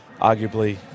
arguably